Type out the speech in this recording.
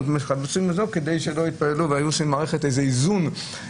כדי שלא יתפללו והייתה מערכת איזונים.